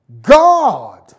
God